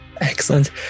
Excellent